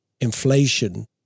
inflation